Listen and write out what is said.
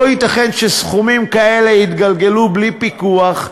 לא ייתכן שסכומים כאלה יתגלגלו בלי פיקוח.